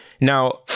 Now